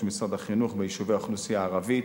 של משרד החינוך ביישובי האוכלוסייה הערבית,